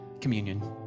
communion